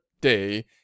day